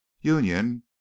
union